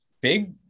big